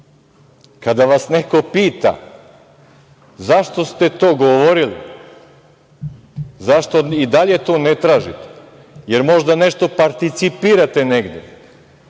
kada vas neko pita zašto ste to govorili, zašto i dalje to ne tražite, jer možda nešto participirate negde,